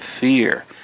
Fear